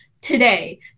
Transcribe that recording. today